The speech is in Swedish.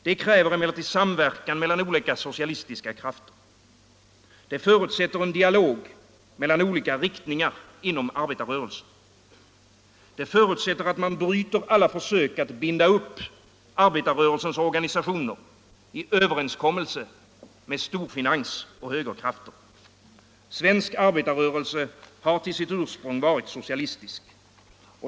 Det kräver emellertid samverkan mellan olika socialistiska krafter. Det förutsätter en dialog mellan olika riktningar inom arbetarrörelsen. Det förutsätter att man bryter alla försök att binda upp arbetarrörelsens organisationer i överenskommelser med storfinans och högerkrafter. Svensk arbetarrörelse har till sitt ursprung varit socialistisk.